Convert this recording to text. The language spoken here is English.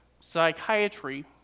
psychiatry